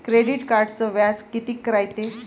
Credit कार्डचं व्याज कितीक रायते?